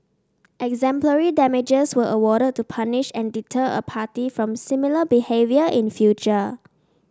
exemplary damages were awarded to punish and deter a party from similar behaviour in future